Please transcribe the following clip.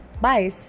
Bye